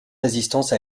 résistance